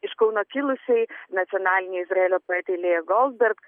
iš kauno kilusiai nacionalinei izraelio poetei lejai golberg